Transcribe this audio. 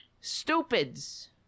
Stupids